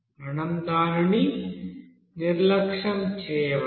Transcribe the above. మనం దానిని నిర్లక్ష్యం చేయవచ్చు